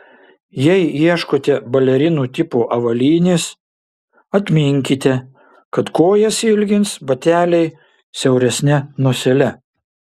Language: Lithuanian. jei ieškote balerinų tipo avalynės atminkite kad kojas ilgins bateliai siauresne nosele